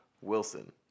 Wilson